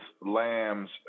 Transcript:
Lambs